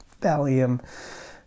Valium